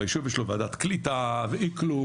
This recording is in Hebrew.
היישוב יש לו ועדת קליטה ואקלום.